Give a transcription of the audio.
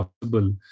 possible